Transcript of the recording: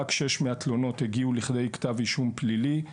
רק כשש מהתלונות הגיעו לכדי כתב אישום פלילי.